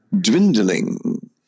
dwindling